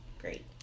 great